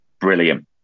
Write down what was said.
brilliant